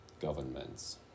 governments